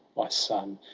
my son!